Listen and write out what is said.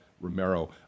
Romero